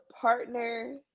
partner